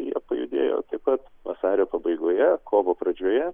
jie pajudėjo taip pat vasario pabaigoje kovo pradžioje